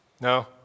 No